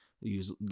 use